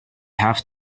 have